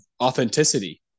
authenticity